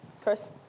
Chris